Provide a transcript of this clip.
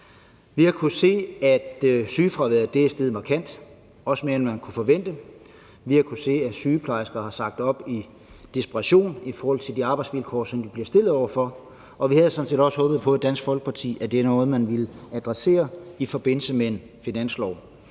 Vi har kunnet se, at sygefraværet er steget markant, også mere, end man kunne forvente. Vi har kunnet se, at sygeplejersker har sagt op i desperation i forhold til de arbejdsvilkår, som de bliver stillet over for, og vi havde i Dansk Folkeparti sådan set også håbet på, at det var noget, som man ville adressere i forbindelse med en finanslov.